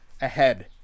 ahead